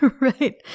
right